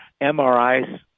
MRIs